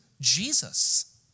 Jesus